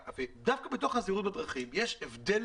דווקא בתוך הזהירות בדרכים יש הבדל